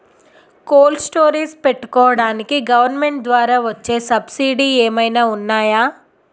Cold storage పెట్టుకోడానికి government ద్వారా వచ్చే సబ్సిడీ ఏమైనా ఉన్నాయా?